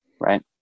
right